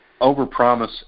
overpromise